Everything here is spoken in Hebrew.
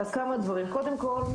כמה דברים קודם כל,